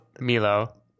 Milo